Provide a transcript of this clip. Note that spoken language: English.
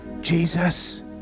Jesus